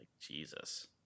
Jesus